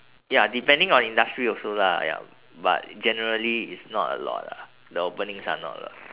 ya depending on industry also lah ya but generally is not a lot ah the openings are not a lot